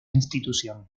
institución